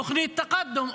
תוכנית תקאדום.